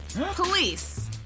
Police